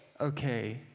okay